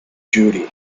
judy